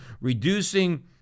reducing